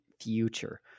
future